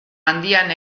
handian